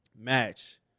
match